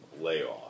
layoff